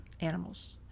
animals